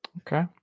Okay